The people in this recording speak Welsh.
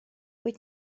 wyt